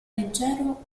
leggero